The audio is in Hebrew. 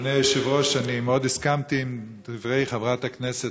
אדוני היושב-ראש, מאוד הסכמתי עם דברי חברת הכנסת